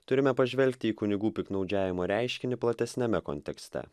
turime pažvelgti į kunigų piktnaudžiavimo reiškinį platesniame kontekste